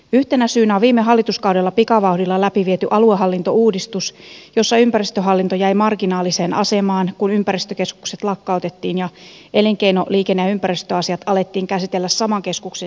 yhtenä syynä on viime hallituskaudella pikavauhdilla läpi viety aluehallintouudistus jossa ympäristöhallinto jäi marginaaliseen asemaan kun ympäristökeskukset lakkautettiin ja elinkeino liikenne ja ympäristöasiat alettiin käsitellä saman keskuksen sisällä